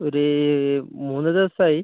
ഒരു മൂന്ന് ദിവസമായി